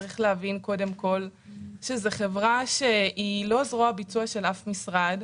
צריך להבין שזו חברה שהיא לא זרוע ביצוע של אף משרד.